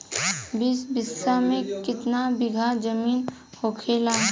बीस बिस्सा में कितना बिघा जमीन होखेला?